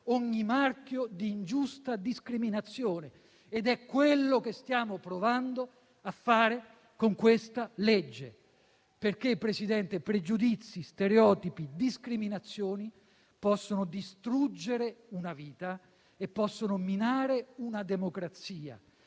"ogni marchio di ingiusta discriminazione"». Presidente, è ciò che stiamo provando a fare con questa legge perché pregiudizi, stereotipi e discriminazioni possono distruggere una vita e possono minare una democrazia.